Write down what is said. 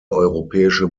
europäische